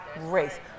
race